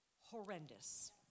horrendous